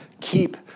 keep